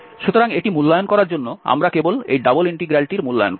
সুতরাং এটি মূল্যায়ন করার জন্য আমরা কেবল এই ডবল ইন্টিগ্রালটির মূল্যায়ন করব